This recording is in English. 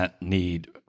need